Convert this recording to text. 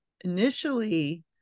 initially